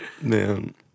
man